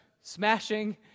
smashing